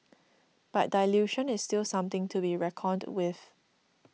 but dilution is still something to be reckoned with